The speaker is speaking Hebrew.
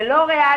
זה לא ריאלי.